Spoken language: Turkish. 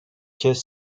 kez